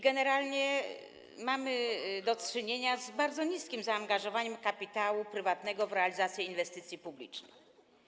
Generalnie mamy do czynienia z bardzo niskim zaangażowaniem kapitału prywatnego w realizację inwestycji publicznych.